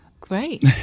Great